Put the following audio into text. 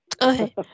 Okay